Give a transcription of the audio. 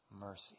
Mercy